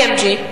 EMG,